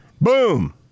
Boom